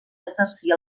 exercia